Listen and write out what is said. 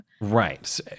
right